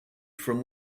from